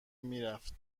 میرفت